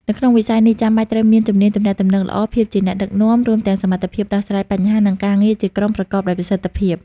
នៅក្នុងវិស័យនេះចាំបាច់ត្រូវមានជំនាញទំនាក់ទំនងល្អ ភាពជាអ្នកដឹកនាំ រួមទាំងសមត្ថភាពដោះស្រាយបញ្ហា និងការងារជាក្រុមប្រកបដោយប្រសិទ្ធភាព។